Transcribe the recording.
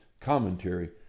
commentary